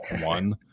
one